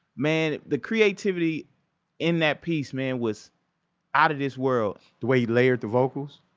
man, the creativity in that piece, man, was out of this world the way he layered the vocals,